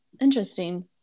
Interesting